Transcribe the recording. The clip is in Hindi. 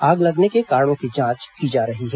आग लगने के कारणों की जांच की जा रही है